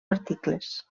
articles